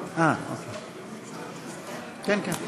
כנסת נכבדה,